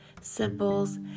symbols